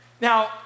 Now